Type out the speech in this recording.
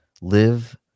live